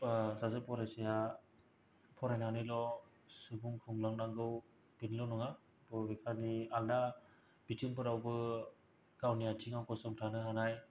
सासे फरायसाया फरायनानैल' सुबुं खुंलांनांगौ बिदिल' नङा बबेखानि आलदा बिथिंफोरावबो गावनि आथिंआव गसंथानो हानाय